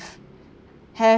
have